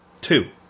Two